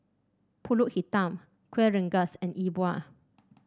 pulut hitam Kueh Rengas and E Bua